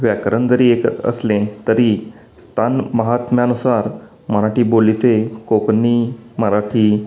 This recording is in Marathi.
व्याकरण जरी एक असले तरी स्थान महात्म्यानुसार मराठी बोलीचे कोकणी मराठी